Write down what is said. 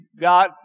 God